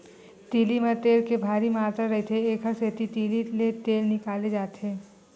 तिली म तेल के भारी मातरा रहिथे, एकर सेती तिली ले तेल निकाले जाथे